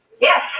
Yes